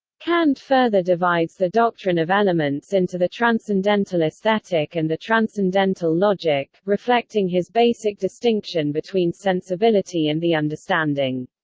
kant further divides the doctrine of elements into the transcendental aesthetic and the transcendental logic, reflecting his basic distinction between sensibility and the understanding.